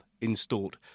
installed